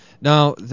Now